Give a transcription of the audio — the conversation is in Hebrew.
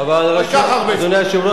אדוני היושב-ראש,